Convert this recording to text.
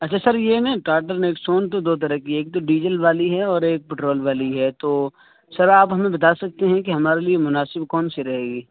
اچھا سر یہ ہے نا ٹاٹا نیکسون تو دو طرح کی ہے ایک تو ڈیجل والی ہے اور ایک پیٹرول والی ہے تو سر آپ ہمیں بتا سکتے ہیں کہ ہمارے لیے مناسب کون سی رہے گی